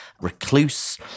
recluse